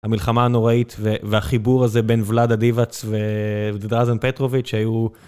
המלחמה הנוראית והחיבור הזה בין ולאדה דיבאץ ודרזן פטרוביץ שהיו.